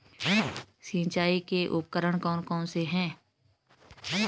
सिंचाई के उपकरण कौन कौन से हैं?